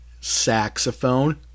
saxophone